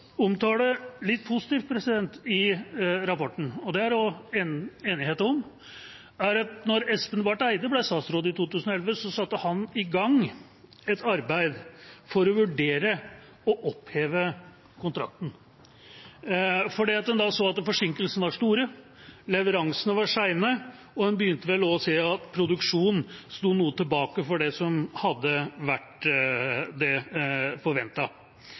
omtale litt positivt i innstillinga – og det er det enighet om – er at da Espen Barth Eide ble statsråd i 2011, satte han i gang et arbeid for å vurdere å oppheve kontrakten fordi en da så at forsinkelsene var store, leveransene var sene, og en begynte vel også å se at produksjonen sto noe tilbake for det som hadde vært det